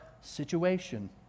situation